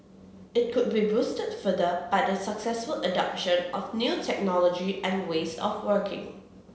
it could be boosted further by the successful adoption of new technology and ways of working